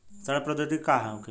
सड़न प्रधौगिकी का होखे?